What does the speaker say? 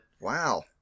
Wow